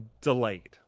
delayed